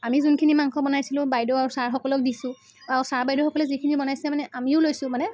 আমি যোনখিনি মাংস বনাইছিলোঁ বাইদেউ আৰু ছাৰসকলক দিছোঁ আৰু ছাৰ বাইদেউসকলে যিখিনি বনাইছে মানে আমিও লৈছোঁ মানে